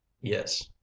yes